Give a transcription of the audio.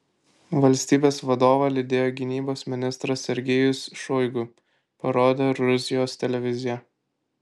valstybės vadovą lydėjo gynybos ministras sergejus šoigu parodė rusijos televizija